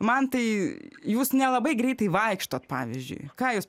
mantai jūs nelabai greitai vaikštot pavyzdžiui ką jūs